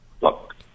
Look